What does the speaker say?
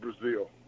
Brazil